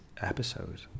episode